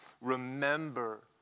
remember